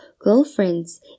girlfriends